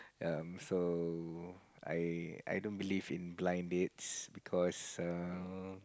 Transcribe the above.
um so I I don't believe in blind dates because err